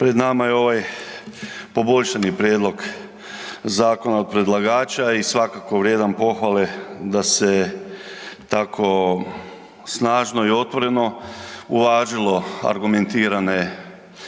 Pred nama je ovaj poboljšani prijedlog zakona od predlagača i svakako vrijedan pohvale da se tako snažno i otvoreno uvažilo argumentirane